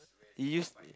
it used